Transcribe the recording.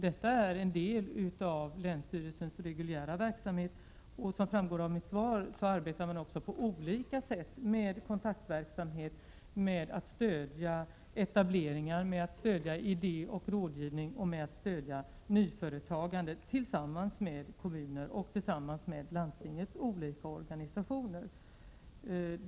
Det är en del av länsstyrelsens reguljära verksamhet. Och som framgår av mitt svar arbetar man också på olika sätt med kontaktverksamhet, med att stödja etableringar, med att stödja idé och rådgivning och med att stödja nyföretagande tillsammans med kommuner och tillsammans med landstingets olika örganisationer.